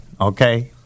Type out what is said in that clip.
Okay